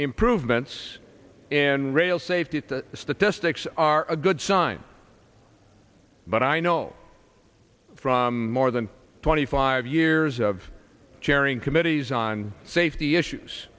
improvements in rail safety statistics are a good sign but i know from more than twenty five years of chairing committees on safety issues